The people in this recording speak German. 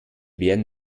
werden